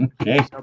okay